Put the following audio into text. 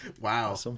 Wow